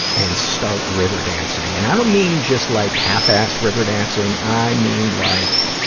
and start river dancing. and i don't mean just, like, half-ass river dancing. i mean, like,